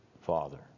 Father